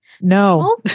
No